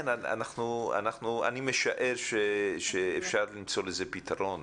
אני משער שאפשר למצוא לזה פתרון,